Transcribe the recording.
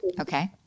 Okay